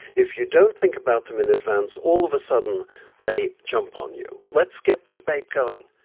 if you don't think about them in advance, all of a sudden they jump on you. let's get the debate going.